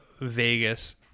Vegas